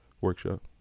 workshop